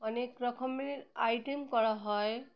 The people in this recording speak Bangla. অনেক রকমের আইটেম করা হয়